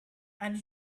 and